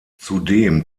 zudem